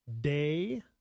day